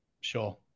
Sure